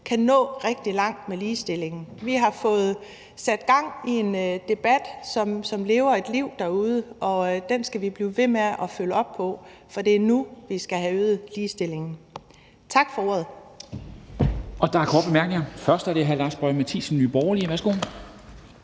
kan nå rigtig langt med ligestillingen. Vi har fået sat gang i en debat, som lever et liv derude, og den skal vi blive ved med at følge op på, for det er nu, vi skal have øget ligestillingen. Tak for ordet.